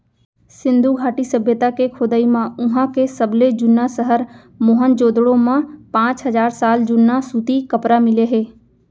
सिंधु घाटी सभ्यता के खोदई म उहां के सबले जुन्ना सहर मोहनजोदड़ो म पांच हजार साल जुन्ना सूती कपरा मिले हे